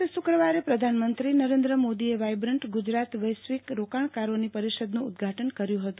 ગત શુક્રવારે પ્રધાનમંત્રી નરેન્દ્રમોદીએ વાઇબ્રન્ટ ગુજરાત વૈશ્વિક રોકાણકારોની પરિષદનું ઉદ્ઘાટન કર્યું હતું